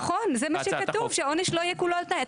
נכון, זה מה שכתוב, שהעונש לא יהיה כולו על תנאי.